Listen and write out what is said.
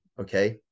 okay